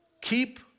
Keep